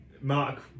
Mark